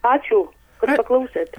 ačiū kad paklausėt